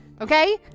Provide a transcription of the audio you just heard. Okay